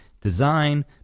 design